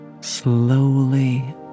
slowly